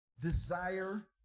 desire